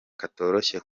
katoroshye